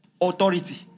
authority